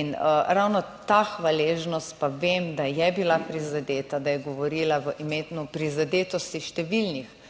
in ravno ta hvaležnost pa vem, da je bila prizadeta, da je govorila v imenu prizadetosti številnih